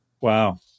Wow